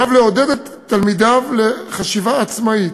עליו לעודד את תלמידיו לחשיבה עצמאית,